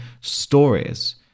stories